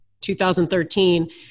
2013